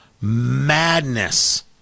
madness